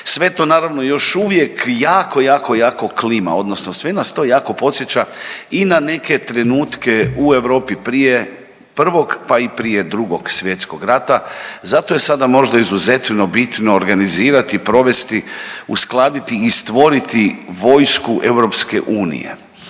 Sve to naravno još uvijek jako, jako, jako klima odnosno sve nas to jako podsjeća i na neke trenutke u Europi prije Prvog, pa i prije Drugog svjetskog rata. Zato je sada možda izuzetno bitno organizirati, provesti, uskladiti i stvoriti vojsku EU.